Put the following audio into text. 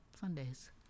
Sundays